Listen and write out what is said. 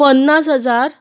पन्नास हजार